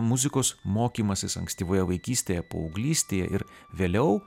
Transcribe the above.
muzikos mokymasis ankstyvoje vaikystėje paauglystėje ir vėliau